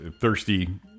thirsty